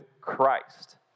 Christ